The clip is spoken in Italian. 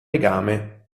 legame